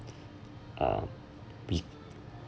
uh we